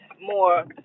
more